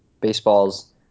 baseballs